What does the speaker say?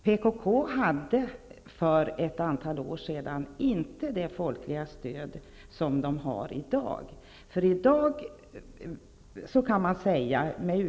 PKK hade för ett antal år sedan inte det folkliga stöd som organisationen har i dag.